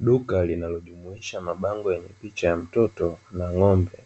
Duka linalojumuisha mabango yenye picha ya mtoto na ng'ombe,